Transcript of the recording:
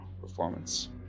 performance